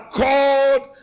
called